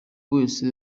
wese